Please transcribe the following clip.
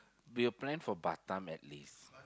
we'll plan for Batam at least